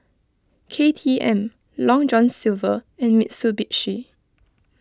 K T M Long John Silver and Mitsubishi